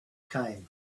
came